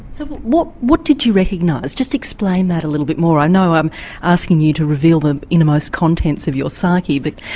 so what what did you recognise, just explain that a little bit more i know i'm asking you to reveal the innermost contents of your psyche but.